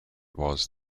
was